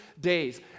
days